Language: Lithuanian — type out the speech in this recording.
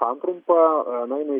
santrumpa nueina į